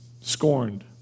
scorned